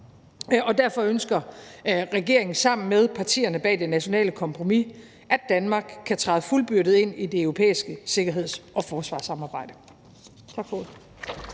Og derfor ønsker regeringen sammen med partierne bag det nationale kompromis, at Danmark kan træde fuldbyrdet ind i det europæiske sikkerheds- og forsvarssamarbejde.